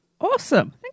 Awesome